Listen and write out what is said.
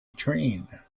train